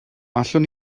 allwn